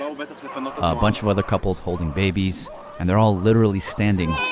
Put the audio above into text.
um but um ah ah a bunch of other couples holding babies and they're all literally standing